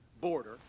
border